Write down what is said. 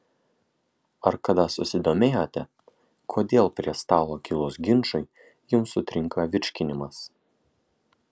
ar kada susidomėjote kodėl prie stalo kilus ginčui jums sutrinka virškinimas